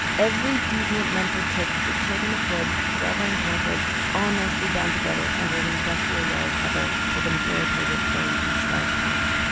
every deviant mental tick that the children of freud had ever encountered all nicely bound together under an industrial yellow cover with an authoritative oed standard font.